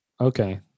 okay